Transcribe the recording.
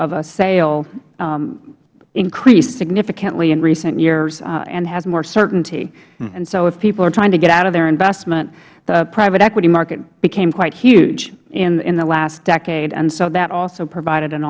a sale increased significantly in recent years and has more certainty so if people are trying to get out of their investment the private equity market became quite huge in the last decade and that also provided an